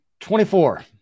24